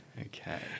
Okay